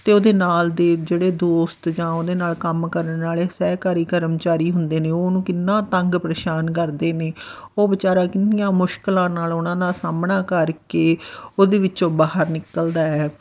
ਅਤੇ ਉਹਦੇ ਨਾਲ ਦੇ ਜਿਹੜੇ ਦੋਸਤ ਜਾਂ ਉਹਦੇ ਨਾਲ ਕੰਮ ਕਰਨ ਵਾਲੇ ਸਹਿਕਾਰੀ ਕਰਮਚਾਰੀ ਹੁੰਦੇ ਨੇ ਉਹ ਉਹਨੂੰ ਕਿੰਨਾਂ ਤੰਗ ਪਰੇਸ਼ਾਨ ਕਰਦੇ ਨੇ ਉਹ ਵਿਚਾਰਾ ਕਿੰਨੀਆਂ ਮੁਸ਼ਕਿਲਾਂ ਨਾਲ ਉਹਨਾਂ ਦਾ ਸਾਹਮਣਾ ਕਰਕੇ ਉਹਦੇ ਵਿੱਚੋਂ ਬਾਹਰ ਨਿਕਲਦਾ ਹੈ